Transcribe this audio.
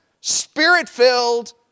spirit-filled